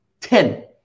Ten